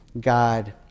God